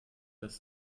dass